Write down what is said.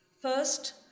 First